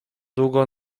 długo